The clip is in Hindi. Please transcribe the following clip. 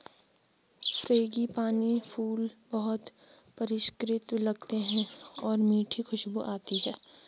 फ्रेंगिपानी फूल बहुत परिष्कृत लगते हैं और मीठी खुशबू आती है